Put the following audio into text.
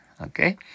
Okay